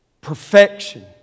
Perfection